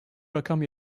rakam